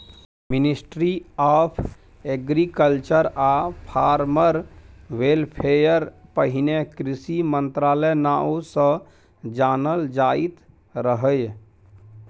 ministry of agriculture आ farmer welfare पहिने कृषि मंत्रालय नाओ सँ जानल जाइत रहय